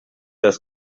das